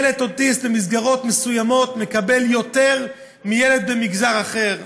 ילד אוטיסט במסגרות מסוימות מקבל יותר מילד במגזר אחר.